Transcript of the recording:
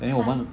but 你